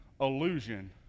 illusion